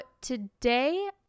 today